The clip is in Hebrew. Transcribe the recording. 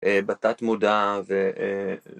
בתת מודע ו...